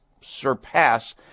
surpass